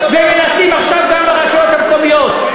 ומנסים עכשיו גם ברשויות המקומיות.